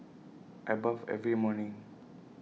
I bathe every morning